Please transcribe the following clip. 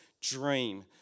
Dream